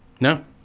No